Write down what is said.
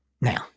Now